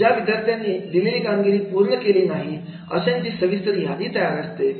ज्या विद्यार्थ्यांनी दिलेली कामगिरी पूर्ण केली नाही अशांची सविस्तर यादी तयार असते